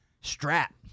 Strap